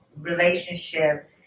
relationship